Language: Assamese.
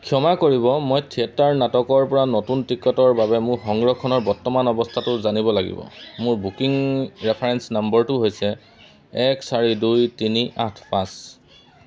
ক্ষমা কৰিব মই থিয়েটাৰ নাটকৰ পৰা নতুন টিকটৰ বাবে মোৰ সংৰক্ষণৰ বৰ্তমান অৱস্থাটো জানিব লাগিব মোৰ বুকিং ৰেফাৰেন্স নম্বৰটো হৈছে এক চাৰি দুই তিনি আঠ পাঁচ